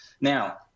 Now